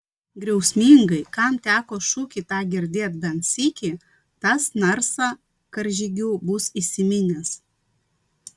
griausmingai kam teko šūkį tą girdėt bent sykį tas narsą karžygių bus įsiminęs